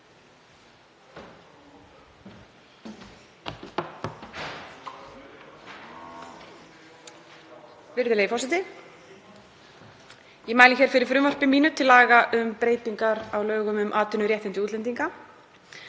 Virðulegur forseti. Ég mæli fyrir frumvarpi mínu til laga um breytingar á lögum um atvinnuréttindi útlendinga.